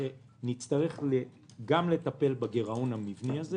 שנצטרך גם לטפל בגירעון המבני הזה